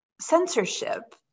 censorship